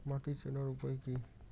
মাটি চেনার উপায় কি?